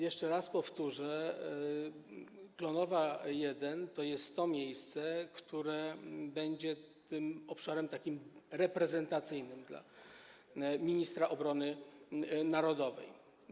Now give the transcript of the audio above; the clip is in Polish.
Jeszcze raz powtórzę: Klonowa 1 to jest to miejsce, które będzie tym obszarem takim reprezentacyjnym dla ministra obrony narodowej.